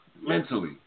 mentally